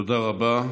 תודה רבה.